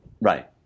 right